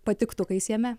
patiktukais jame